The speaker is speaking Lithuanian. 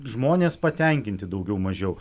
žmonės patenkinti daugiau mažiau